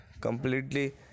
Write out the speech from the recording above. completely